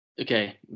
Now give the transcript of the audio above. Okay